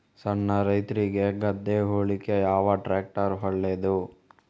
ಸಣ್ಣ ರೈತ್ರಿಗೆ ಗದ್ದೆ ಉಳ್ಳಿಕೆ ಯಾವ ಟ್ರ್ಯಾಕ್ಟರ್ ಒಳ್ಳೆದು?